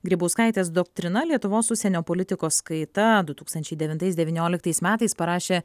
grybauskaitės doktrina lietuvos užsienio politikos kaita du tūkstančiai devintais devynioliktais metais parašė